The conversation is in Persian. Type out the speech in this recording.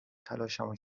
تلاشمو